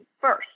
first